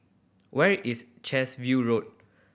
where is chess View Road